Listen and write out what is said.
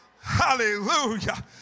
Hallelujah